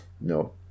No